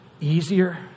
easier